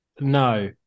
No